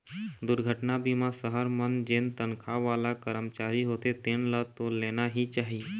दुरघटना बीमा सहर मन जेन तनखा वाला करमचारी होथे तेन ल तो लेना ही चाही